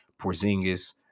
Porzingis